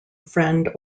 friend